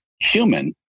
human